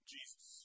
Jesus